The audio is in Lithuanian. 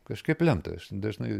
kažkaip lemta aš dažnai